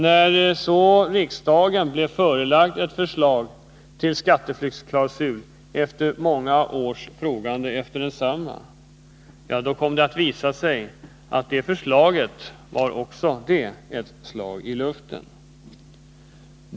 När så riksdagen blev förelagd ett förslag till skatteflyktsklausul efter många års frågande efter densamma kom det att visa sig att det förslaget var ett slag i luften.